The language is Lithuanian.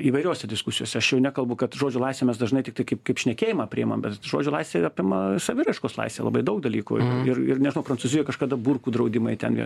įvairiose diskusijose aš jau nekalbu kad žodžio laisvę mes dažnai tiktai kaip kaip šnekėjimą priimam bet žodžio laisvė apima saviraiškos laisvę labai daug dalykų ir ir ir o prancūzijoj kažkada burkų draudimai ten